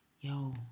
yo